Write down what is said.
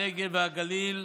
הנגב והגליל,